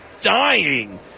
dying